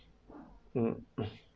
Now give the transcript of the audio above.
mmhmm